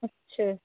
ਅੱਛਾ